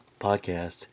podcast